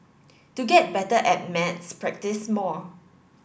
to get better at maths practise more